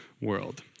world